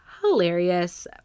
hilarious